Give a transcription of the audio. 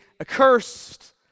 accursed